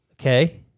Okay